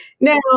Now